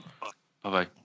Bye-bye